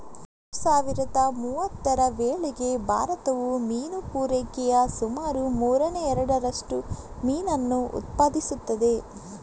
ಎರಡು ಸಾವಿರದ ಮೂವತ್ತರ ವೇಳೆಗೆ ಭಾರತವು ಮೀನು ಪೂರೈಕೆಯ ಸುಮಾರು ಮೂರನೇ ಎರಡರಷ್ಟು ಮೀನನ್ನು ಉತ್ಪಾದಿಸುತ್ತದೆ